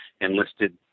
enlisted